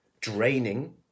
draining